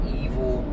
evil